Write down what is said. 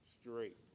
straight